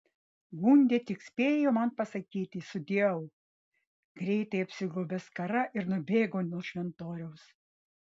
gundė tik spėjo man pasakyti sudieu greitai apsigaubė skara ir nubėgo nuo šventoriaus